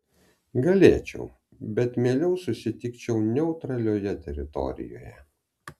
galėčiau bet mieliau susitikčiau neutralioje teritorijoje